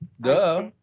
Duh